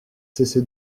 cessé